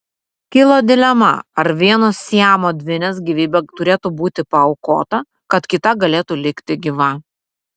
kilo dilema ar vienos siamo dvynės gyvybė turėtų būti paaukota kad kita galėtų likti gyva